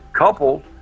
Coupled